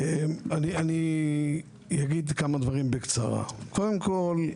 אני אגיד כמה דברים בקצרה: קודם כל,